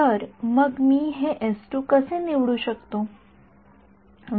तर मग मी हे कसे निवडू शकतो